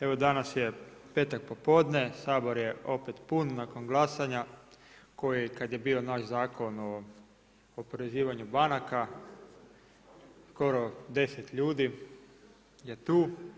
Evo danas je petak popodne, Sabor je opet pun nakon glasanja koji kad je bio naš Zakon o oporezivanju banaka skoro 10 ljudi je tu.